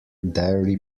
dairy